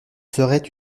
serait